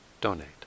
donate